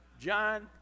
John